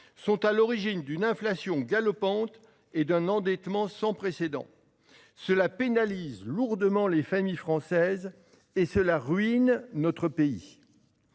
est à l'origine d'une inflation galopante et d'un endettement sans précédent. Cela pénalise lourdement les familles françaises et ruine notre pays.